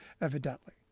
evidently